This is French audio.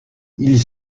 ils